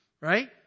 right